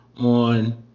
on